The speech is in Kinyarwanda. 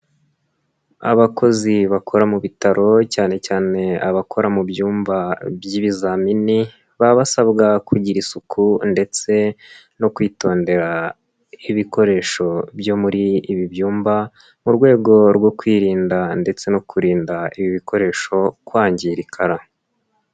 Abakozi bakora mu bitaro cyane cyane abakora mu byumba by'ibizamini baba basabwa kugira isuku ndetse no kwitondera ibikoresho byo muri ibi byumba mu rwego rwo kwirinda ndetse no kurinda ibi bikoresho kwangirikara.